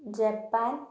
Japan